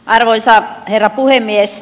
arvoisa herra puhemies